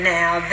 now